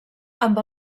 amb